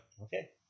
Okay